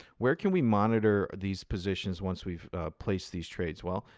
where can we monitor these positions once we've placed these trades? well,